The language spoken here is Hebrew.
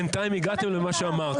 למה פשרה?